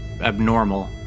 abnormal